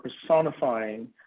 personifying